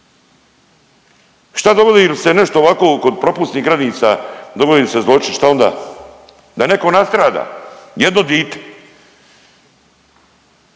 Šta dogodi li se nešto ovako kod propusnih granica, dogodi li se zločin šta onda? Da netko nastrada. Jedno dite.